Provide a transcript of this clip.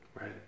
Right